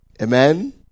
Amen